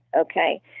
Okay